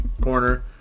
corner